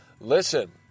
listen